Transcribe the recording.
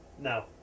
No